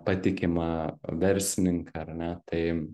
patikimą verslininką ar ne tai